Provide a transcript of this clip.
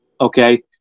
Okay